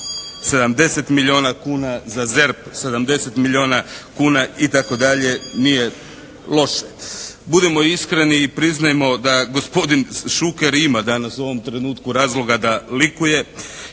70 milijuna kuna, za ZERP 70 milijuna kuna itd., nije loše. Budimo iskreni i priznajmo da gospodin Šuker ima danas u ovom trenutku razloga da likuje.